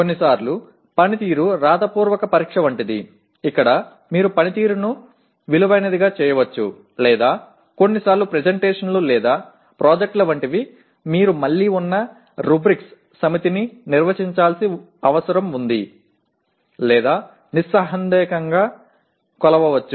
కొన్నిసార్లు పనితీరు వ్రాతపూర్వక పరీక్ష వంటిది ఇక్కడ మీరు పనితీరును విలువైనదిగా చేయవచ్చు లేదా కొన్నిసార్లు ప్రెజెంటేషన్లు లేదా ప్రాజెక్ట్ల వంటివి మీరు మళ్లీ ఉన్న రబ్రిక్ల సమితిని నిర్వచించాల్సిన అవసరం ఉంది లేదా నిస్సందేహంగా కొలవవచ్చు